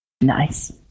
Nice